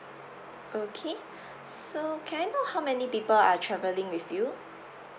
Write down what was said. okay so can I know how many people are travelling with you